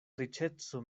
riĉeco